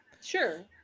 Sure